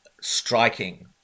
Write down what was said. striking